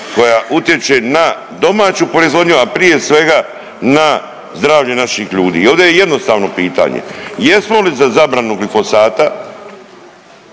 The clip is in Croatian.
koja utječe na domaću proizvodnju, a prije svega, na zdravlje naših ljudi i ovde je jednostavno pitanje, jesmo li za zabranu glifosata